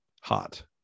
hot